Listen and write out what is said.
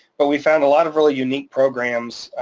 but we found a lot of really unique programs,